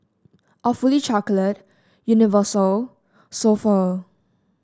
Awfully Chocolate Universal So Pho